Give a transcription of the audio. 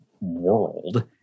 world